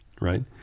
right